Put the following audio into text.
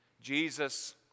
Jesus